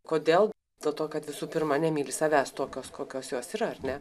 kodėl dėl to kad visų pirma nemyli savęs tokios kokios jos yra ar ne